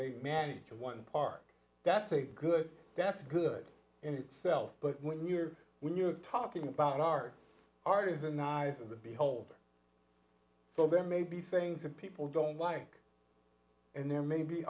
they manage one part that's a good that's good in itself but when you're when you're talking about our artists and eyes of the beholder so there may be things that people don't like and there may be